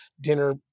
dinner